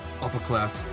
upper-class